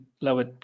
lower